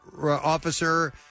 officer